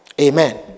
Amen